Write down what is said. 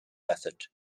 method